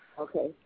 Okay